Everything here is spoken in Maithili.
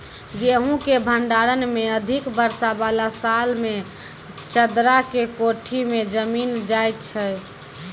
गेहूँ के भंडारण मे अधिक वर्षा वाला साल मे चदरा के कोठी मे जमीन जाय छैय?